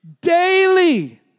Daily